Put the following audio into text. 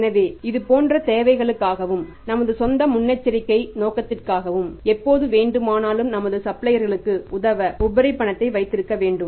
எனவே இதுபோன்ற தேவைகளுக்காகவும் நமது சொந்த முன்னெச்சரிக்கை நோக்கத்திற்காகவும் எப்போது வேண்டுமானாலும் நமது சப்ளையர்களுக்கு உதவ உபரி பணத்தை வைத்திருக்க வேண்டும்